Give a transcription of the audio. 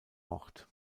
ort